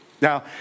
Now